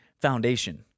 foundation